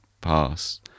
Pass